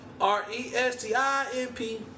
R-E-S-T-I-N-P